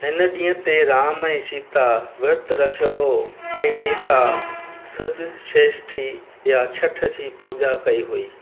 इन ॾींहुं ते राम ऐं सीता विर्तु रखियो हो ऐं सीता सज श्रेष्ठी या छठ जी पूजा कई हुई